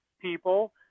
people